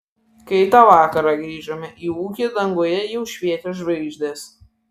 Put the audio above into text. kai tą vakarą grįžome į ūkį danguje jau švietė žvaigždės